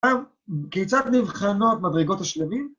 כיצד נבחנות מדרגות אשלמים.